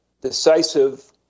decisive